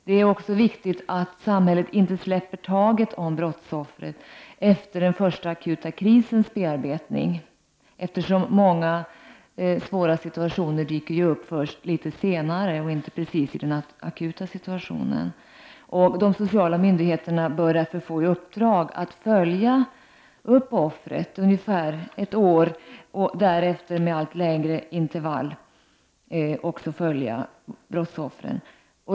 Det är också viktigt att samhället inte släpper taget om brottsoffren efter den första akuta krisens bearbetning, eftersom många svåra situationer dyker upp först senare. De sociala myndigheterna bör därför få i uppdrag att följa upp brottsoffren i ungefär ett år och därefter med allt längre intervaller.